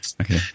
Okay